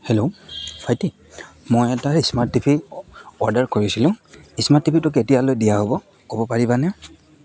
hello ভাইটি মই এটা স্মাৰ্ট টিভি অৰ্ডাৰ কৰিছিলোঁ স্মাৰ্ট টিভি টো কেতিয়ালৈ দিয়া হ'ব ক'ব পাৰিবানে